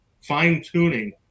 fine-tuning